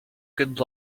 good